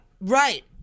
Right